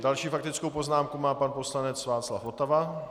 Další faktickou poznámku má pan poslanec Václav Votava.